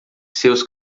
seus